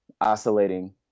oscillating